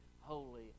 holy